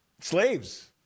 slaves